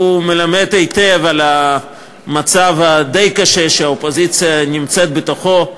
מלמדים היטב על המצב הדי-קשה שהאופוזיציה נמצאת בתוכו: